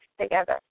together